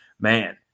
man